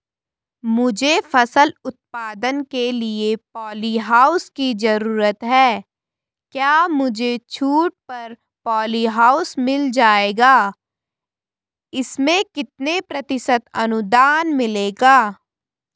मुझे फसल उत्पादन के लिए प ॉलीहाउस की जरूरत है क्या मुझे छूट पर पॉलीहाउस मिल जाएगा इसमें कितने प्रतिशत अनुदान मिलेगा?